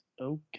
Okay